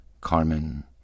Carmen